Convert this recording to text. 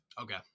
Okay